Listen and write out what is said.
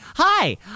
Hi